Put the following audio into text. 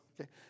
Okay